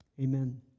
Amen